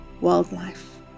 wildlife